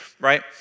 right